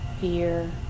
fear